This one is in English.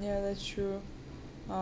ya that's true uh